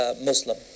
Muslim